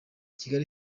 kigali